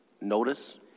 notice